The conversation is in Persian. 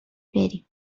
بریم